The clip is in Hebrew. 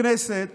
הכנסת